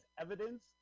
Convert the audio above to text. evidence